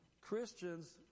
Christians